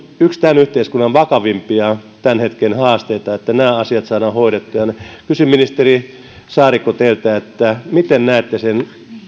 yksi vakavimpia tämän yhteiskunnan tämän hetken haasteita että nämä asiat saadaan hoidettua ja minä kysyn ministeri saarikko teiltä miten näette sen